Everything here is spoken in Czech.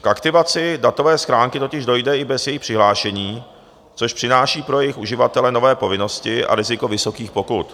K aktivaci datové schránky totiž dojde i bez jejich přihlášení, což přináší pro jejich uživatele nové povinnosti a riziko vysokých pokut.